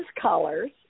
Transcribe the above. colors